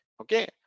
okay